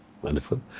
Wonderful